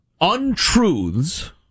untruths